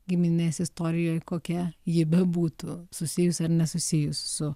giminės istorijoj kokia ji bebūtų susijus ar nesusijus su